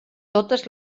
totes